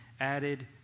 added